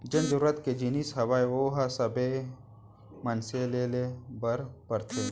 जेन जरुरत के जिनिस हावय ओ तो सब्बे मनसे ल ले बर परथे